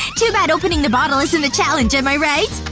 too bad opening the bottle isn't the challenge, am i right?